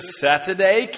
saturday